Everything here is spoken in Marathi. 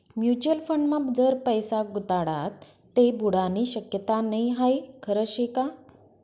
म्युच्युअल फंडमा जर पैसा गुताडात ते बुडानी शक्यता नै हाई खरं शेका?